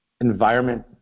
environment